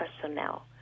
personnel